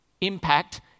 impact